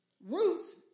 Ruth